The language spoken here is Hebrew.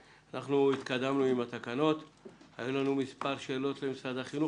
אני מתכבד לפתוח את ישיבת ועדת החינוך,